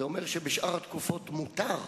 זה אומר שבשאר התקופות מותר.